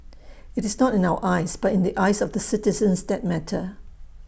IT is not in our eyes but in the eyes of the citizens that matter